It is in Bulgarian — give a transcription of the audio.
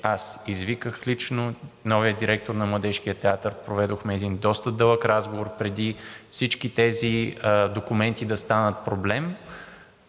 аз извиках лично новия директор на Младежкия театър, проведохме доста дълъг разговор, преди всички тези документи да станат проблем.